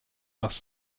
bus